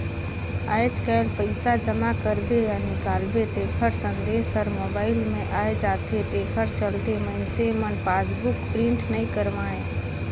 आयज कायल पइसा जमा करबे या निकालबे तेखर संदेश हर मोबइल मे आये जाथे तेखर चलते मइनसे मन पासबुक प्रिंट नइ करवायें